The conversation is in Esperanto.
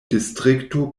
distrikto